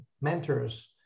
mentors